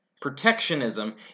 Protectionism